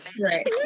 right